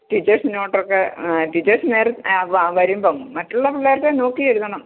teachers note ഒക്കെ ആ teachers നേർ ആ ആ വരുമ്പം മറ്റുള്ള പിള്ളേരുടെ നോക്കി എഴുതണം